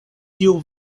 tiu